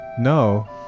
No